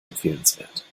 empfehlenswert